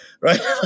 right